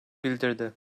bildirdi